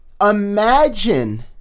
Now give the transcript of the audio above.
Imagine